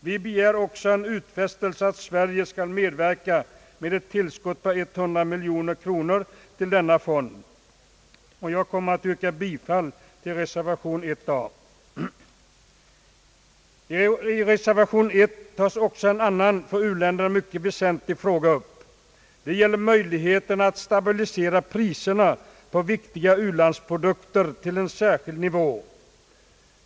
Vi begär också en utfästelse att Sverige skall medverka med ett tillskott på 100 miljoner kronor till denna fond. Jag kommer att yrka bifall till reservation nr 1a. I reservation nr 1 tas också en annan för u-länderna mycket väsentlig fråga upp. Det gäller möjligheterna att stabilisera priserna på viktiga u-landsprodukter till en särskild nivå.